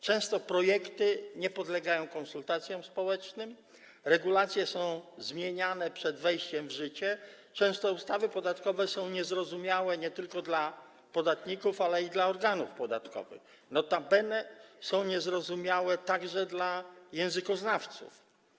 Często jest tak, że projekty nie podlegają konsultacjom społecznym, regulacje są zmieniane przed wejściem w życie, a ustawy podatkowe są niezrozumiałe nie tylko dla podatników, ale i dla organów podatkowych, notabene są niezrozumiałe także dla językoznawców.